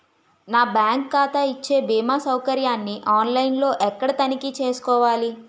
నా బ్యాంకు ఖాతా ఇచ్చే భీమా సౌకర్యాన్ని ఆన్ లైన్ లో ఎక్కడ తనిఖీ చేసుకోవాలి?